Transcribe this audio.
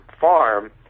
farm